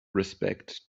respect